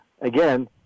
again